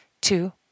two